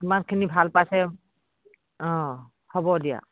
কিমানখিনি ভাল পাইছে অঁ হ'ব দিয়া